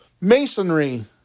Masonry